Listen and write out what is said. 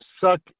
suck